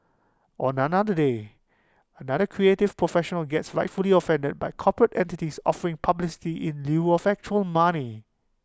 day another creative professional gets rightfully offended by corporate entities offering publicity in lieu of actual money